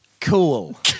Cool